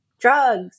drugs